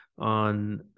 on